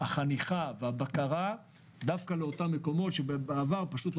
החניכה והבקרה דווקא לאותם מקומות שבעבר לא